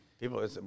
People